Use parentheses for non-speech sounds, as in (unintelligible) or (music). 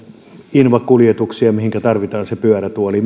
invakuljetuksia mihinkä tarvitaan se pyörätuoli (unintelligible)